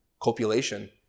copulation